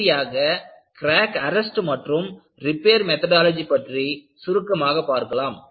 இறுதியாக crack arrest மற்றும் repair methodology பற்றி சுருக்கமாகப் பார்க்கலாம்